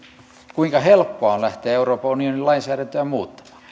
kuinka helppoa on lähteä euroopan unionin lainsäädäntöä muuttamaan